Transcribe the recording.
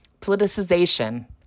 politicization